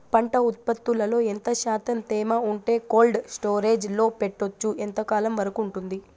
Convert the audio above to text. పంట ఉత్పత్తులలో ఎంత శాతం తేమ ఉంటే కోల్డ్ స్టోరేజ్ లో పెట్టొచ్చు? ఎంతకాలం వరకు ఉంటుంది